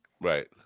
right